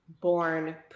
born